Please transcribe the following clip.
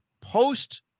post